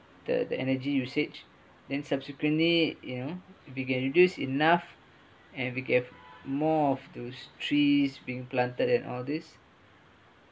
the the energy usage then subsequently you know if you can reduce enough and we get more of those trees being planted and all these